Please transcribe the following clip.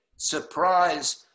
Surprise